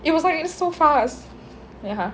it was like so fast ya